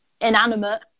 inanimate